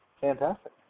fantastic